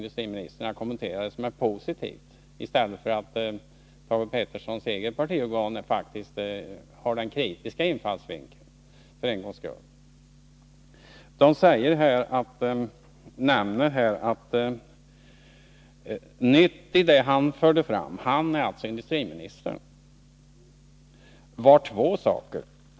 De har kommenterat det som är positivt i stället för att som Thage Petersons eget partiorgan välja den kritiska infallsvinkeln för en gångs skull. ”Nytt i det han förde fram” — han är alltså industriminstern — ”var två saker.